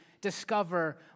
discover